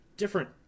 Different